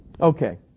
Okay